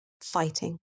fighting